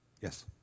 Yes